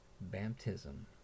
baptism